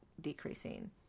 decreasing